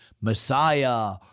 Messiah